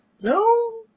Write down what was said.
No